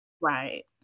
Right